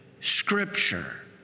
Scripture